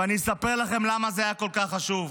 ואני אספר לכם למה זה היה כל כך חשוב.